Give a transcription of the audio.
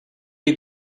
you